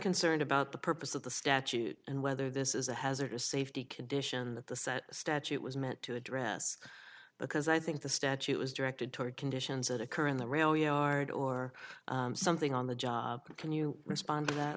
concerned about the purpose of the statute and whether this is a hazardous safety condition that the set statute was meant to address because i think the statute was directed toward conditions that occur in the railyard or something on the job can you respond to that